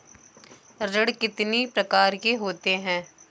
ऋण कितनी प्रकार के होते हैं?